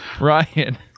Ryan